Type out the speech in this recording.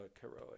heroic